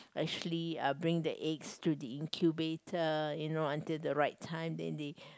actually uh bring the eggs to the incubator you know until the right time then they